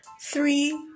Three